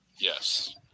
Yes